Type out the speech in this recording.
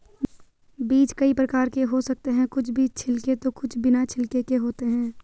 बीज कई प्रकार के हो सकते हैं कुछ बीज छिलके तो कुछ बिना छिलके के होते हैं